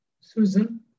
Susan